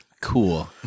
Cool